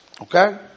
Okay